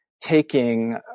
taking